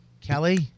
Kelly